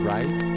Right